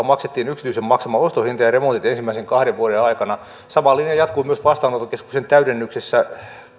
maksettiin yksityisen maksama ostohinta ja remontit ensimmäisen kahden vuoden aikana sama linja jatkui myös vastaanottokeskuksen täydennyksessä